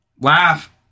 laugh